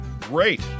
Great